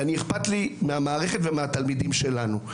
ואכפת לי מהמערכת ומהתלמידים שלנו.